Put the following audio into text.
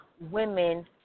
women